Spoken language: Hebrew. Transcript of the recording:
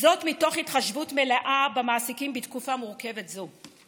זאת מתוך התחשבות מלאה במעסיקים בתקופה מורכבת זו.